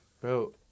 Bro